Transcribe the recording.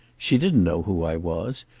she didn't know who i was.